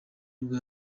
nibwo